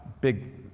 big